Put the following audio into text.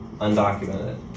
undocumented